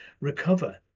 recover